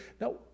Now